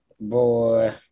Boy